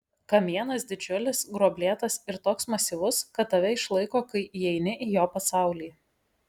kamienas didžiulis gruoblėtas ir toks masyvus kad tave išlaiko kai įeini į jo pasaulį